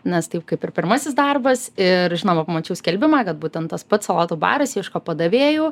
nes taip kaip ir pirmasis darbas ir žinoma pamačiau skelbimą kad būtent tas pats salotų baras ieško padavėjų